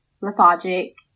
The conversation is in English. lethargic